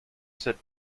sit